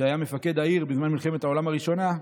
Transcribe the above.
שהיה מפקד העיר בזמן מלחמת העולם הראשונה,